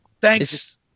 thanks